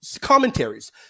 commentaries